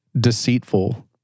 deceitful